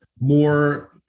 more